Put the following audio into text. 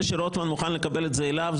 זה שרוטמן מוכן לקבל את זה אליו,